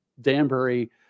Danbury